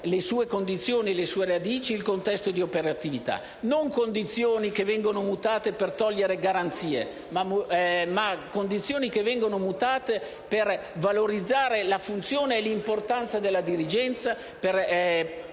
le sue condizioni, le sue radici, il contesto di operatività: non condizioni che vengono mutate per togliere garanzie, ma condizioni che vengono mutate per valorizzare la funzione e l'importanza della dirigenza; per